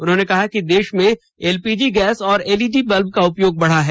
उन्होंने कहा कि देष में एलपीजी गैस और एलईडी बल्ब का उपयोग बढ़ा है